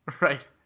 Right